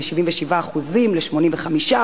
מ-77% ל-85%.